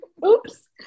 Oops